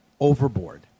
Overboard